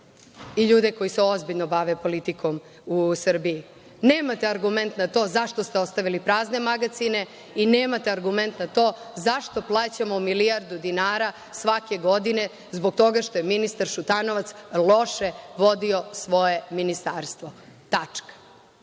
i ljude koji se ozbiljno bave politikom u Srbiji. Nemate argument na to zašto ste ostavili prazne magacine i nemate argument na to zašto plaćamo milijardu dinara svake godine, zbog toga što je ministar Šutanovac loše vodio svoje ministarstvo. Tačka. Možemo